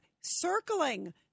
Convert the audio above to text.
circling